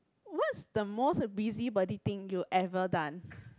what's the most busybody thing you ever done